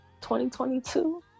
2022